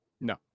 No